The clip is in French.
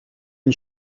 une